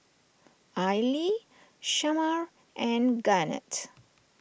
Aili Shamar and Garnett